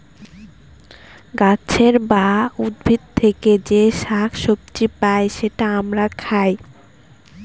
গাছের বা উদ্ভিদ থেকে যে শাক সবজি পাই সেটা আমরা খাই